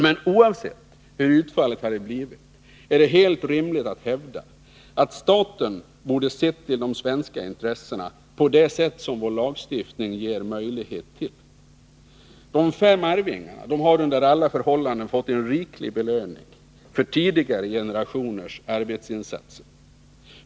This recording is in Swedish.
Men oavsett hur utfallet hade blivit är det helt rimligt att hävda att staten borde ha sett till de svenska intressena på det sätt som vår lagstiftning ger möjlighet till. De fem arvingarna har under alla förhållanden fått en riklig belöning för tidigare generationers arbetsinsatser.